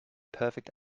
perfect